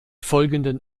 folgenden